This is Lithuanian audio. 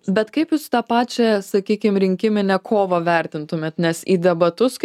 bet kaip jūs tą pačią sakykim rinkiminę kovą vertintumėt nes į debatus kaip